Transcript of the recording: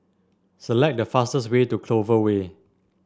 select the fastest way to Clover Way